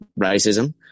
racism